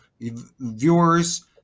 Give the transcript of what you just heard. viewers